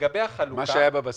מה שהיה בבסיס.